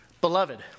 Beloved